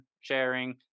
sharing